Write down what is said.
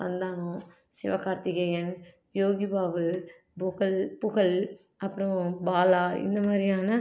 சந்தானம் சிவகார்த்திகேயன் யோகிபாபு புகழ் புகழ் அப்புறம் பாலா இந்த மாரியான